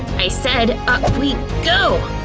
i said, up we go!